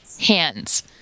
hands